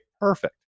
perfect